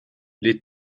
les